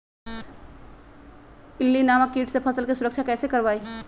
इल्ली नामक किट से फसल के सुरक्षा कैसे करवाईं?